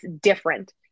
different